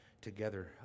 together